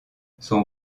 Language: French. son